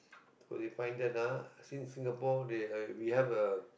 you find that ah since Singapore we have a